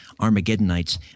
Armageddonites